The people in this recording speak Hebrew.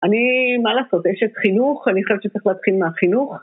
אני, מה לעשות, אשת חינוך, אני חושבת שצריך להתחיל מהחינוך.